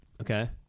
Okay